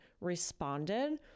responded